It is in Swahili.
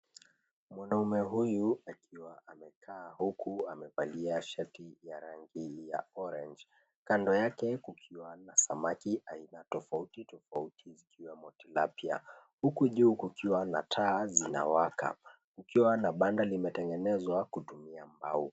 Mwanaume huyu akiwa amekaa huku amevalia shati ya rangi ya orange . Kando yake kukiwa na samaki aina tofauti tofauti ikiwemo tilapia . Huku juu kukiwa zina taa zinawaka. Ikiwa na banda limetengenezwa kutumia mbao.